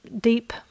deep